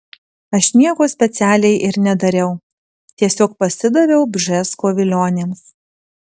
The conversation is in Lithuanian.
aš nieko specialiai ir nedariau tiesiog pasidaviau bžesko vilionėms